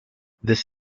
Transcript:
this